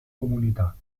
comunità